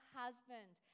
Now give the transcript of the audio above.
husband